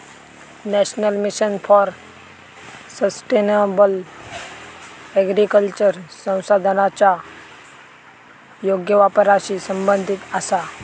national mission for sustainable agriculture संसाधनांच्या योग्य वापराशी संबंधित आसा